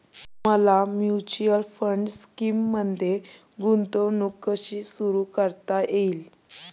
मला mutual fund स्कीममध्ये गुंतवणूक कशी सुरू करता येईल?